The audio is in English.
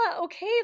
okay